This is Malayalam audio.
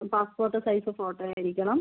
പാസ്പോർട്ട് സൈസ് ഫോട്ടോ ആയിരിക്കണം